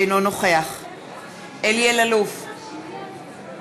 אינו נוכח אלי אלאלוף, אינו נוכח קארין